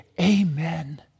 Amen